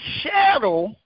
shadow